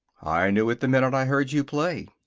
i knew it the minute i heard you play.